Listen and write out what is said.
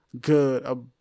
good